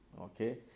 Okay